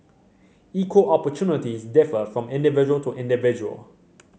equal opportunities differ from individual to individual